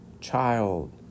child